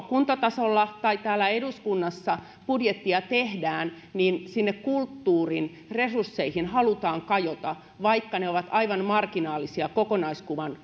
kuntatasolla tai täällä eduskunnassa budjettia tehdään niin sinne kulttuurin resursseihin halutaan kajota vaikka ne ovat aivan marginaalisia kokonaiskuvan